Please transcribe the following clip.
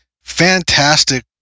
fantastic